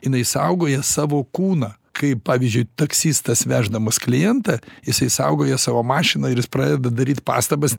jinai saugoja savo kūną kaip pavyzdžiui taksistas veždamas klientą jisai saugoja savo mašiną ir jis pradeda daryt pastabas